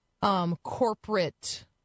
Corporate